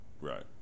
Right